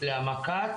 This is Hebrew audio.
להעמקת